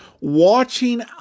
watching